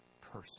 person